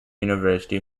university